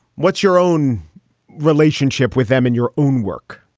what's your own relationship with them in your own work?